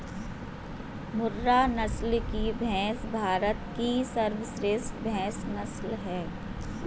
मुर्रा नस्ल की भैंस भारत की सर्वश्रेष्ठ भैंस नस्ल है